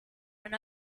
and